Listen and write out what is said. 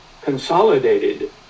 consolidated